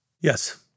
Yes